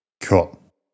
cool